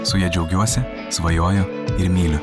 su ja džiaugiuosi svajoju ir myliu